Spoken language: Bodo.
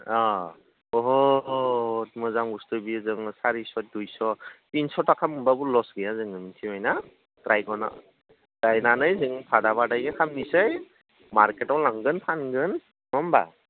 अ बहुद मोजां बुसथु जों सारिस' दुइस' थिनस' थाखा मोनबाबो लस गैया जों मिनथिबायना द्रायगना गायनानै जों फादा फादि खामनोसै मारकेटाव लांगोन फानगोन नङा होमबा